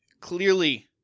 Clearly